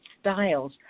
styles